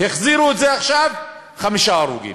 החזירו את זה עכשיו, חמישה הרוגים,